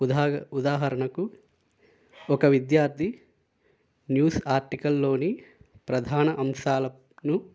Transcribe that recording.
ఉదా ఉదాహరణకు ఒక విద్యార్థి న్యూస్ ఆర్టికల్లోని ప్రధాన అంశాల ను